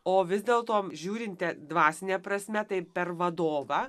o vis dėl to žiūrinte dvasine prasme taip per vadovą